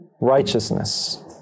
righteousness